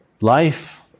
life